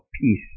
peace